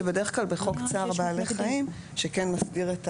שבדרך כלל בחוק צער בעלי חיים שכן מסדיר את